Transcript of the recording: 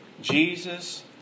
Jesus